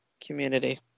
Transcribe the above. community